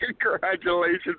Congratulations